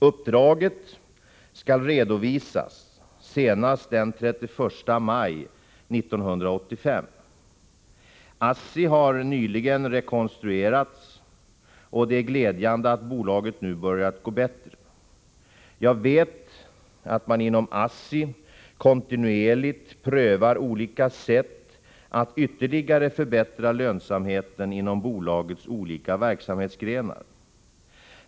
Uppdraget skall redovisas senast den 31 maj 1985. ASSTI har nyligen rekonstruerats, och det är glädjande att bolaget nu börjat gå bättre. Jag vet att man inom ASSI kontinuerligt prövar olika sätt att ytterligare förbättra lönsamheten inom bolagets olika verksamhetsgrenar.